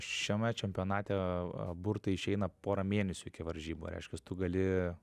šiame čempionate burtai išeina pora mėnesių iki varžybų reiškias tu gali